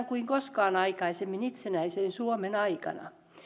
kuin koskaan aikaisemmin itsenäisen suomen aikana